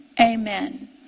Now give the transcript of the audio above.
Amen